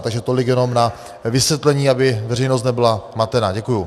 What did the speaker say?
Takže tolik jenom na vysvětlení, aby veřejnost nebyla matena.